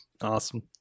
Awesome